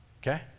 Okay